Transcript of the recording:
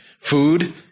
Food